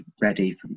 ready